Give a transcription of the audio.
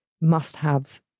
must-haves